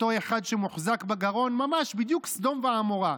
אותו אחד שמוחזק בגרון, ממש בדיוק סדום ועמורה.